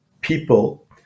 people